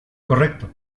correcto